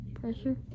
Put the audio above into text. Pressure